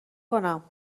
کنم